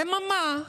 אממה,